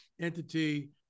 entity